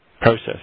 process